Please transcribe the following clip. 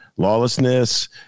Lawlessness